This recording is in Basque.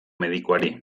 medikuari